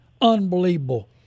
Unbelievable